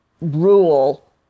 rule